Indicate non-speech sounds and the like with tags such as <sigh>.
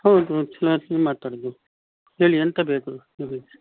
ಹೌದು <unintelligible> ಮಾತಾಡೋದು ಹೇಳಿ ಎಂಥ ಬೇಕು ನಿಮಗೆ